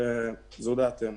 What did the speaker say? זאת דעתנו.